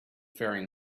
faring